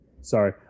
Sorry